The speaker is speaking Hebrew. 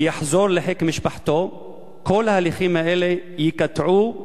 ויחזור לחיק משפחתו כל ההליכים האלה ייקטעו,